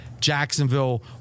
Jacksonville